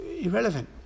irrelevant